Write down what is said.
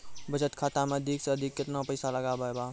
बचत खाता मे अधिक से अधिक केतना पैसा लगाय ब?